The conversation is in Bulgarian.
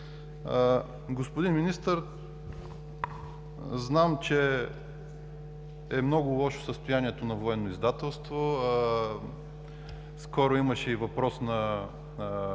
Господин Министър, знам че е много лошо състоянието на „Военно издателство“. Скоро имаше и въпрос на